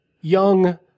young